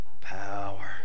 power